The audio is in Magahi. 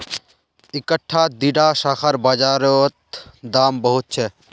इकट्ठा दीडा शाखार बाजार रोत दाम बहुत छे